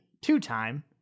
Two-time